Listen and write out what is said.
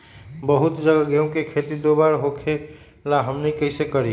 बहुत जगह गेंहू के खेती दो बार होखेला हमनी कैसे करी?